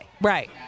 Right